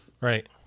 Right